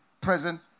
present